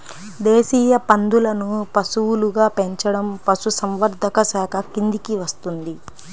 దేశీయ పందులను పశువులుగా పెంచడం పశుసంవర్ధక శాఖ కిందికి వస్తుంది